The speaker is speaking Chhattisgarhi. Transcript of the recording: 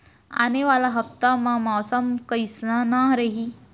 आने वाला हफ्ता मा मौसम कइसना रही?